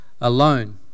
Alone